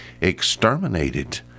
exterminated